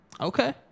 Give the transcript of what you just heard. Okay